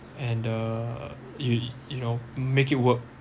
and uh you you know make it work